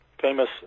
famous